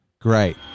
Great